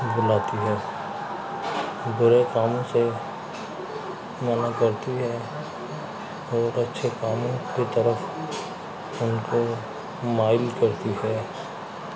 بلاتی ہے برے کاموں سے منع کرتی ہے اور اچھے کاموں کی طرف ان کو مائل کرتی ہے